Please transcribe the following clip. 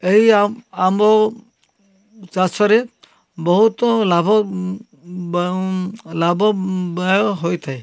ଏହି ଆମ୍ ଆମ୍ବ ଚାଷରେ ବହୁତ ଲାଭ ଲାଭ ବ୍ୟୟ ହୋଇଥାଏ